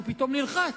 הוא פתאום נלחץ,